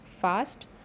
fast